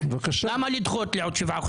למה לדחות לעוד שבעה חודשים?